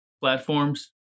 platforms